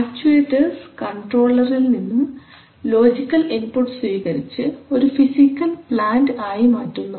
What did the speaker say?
actuators കൺട്രോളർഇൽ നിന്നും logical input സ്വീകരിച്ചു ഒരു ഫിസിക്കൽ പ്ലാൻറ് ആയി മാറ്റുന്നു